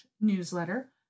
newsletter